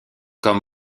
comme